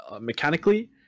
mechanically